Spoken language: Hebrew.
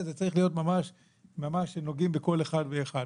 צריך ממש לגעת בכל אחד ואחד.